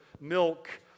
milk